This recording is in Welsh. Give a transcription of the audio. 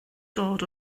dod